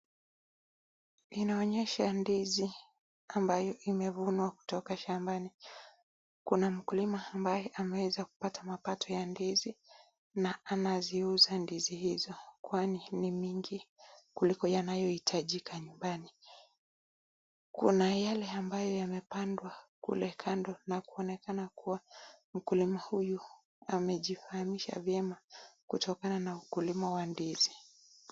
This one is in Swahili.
Inaonyesha ndizi ambayo imevunwa kutoka shambani. Kuna mkulima ambaye ameweza kupata mapato ya ndizi na anaziuza ndizi hizo kwani ni mingi kuliko yanayohitajika nyumbani. Kuna yale ambayo yamepandwa kule kando na kuonekana kuwa mkulima huyu amejifahamisha vyema kutokana na ukulima wa ndizi.